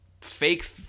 fake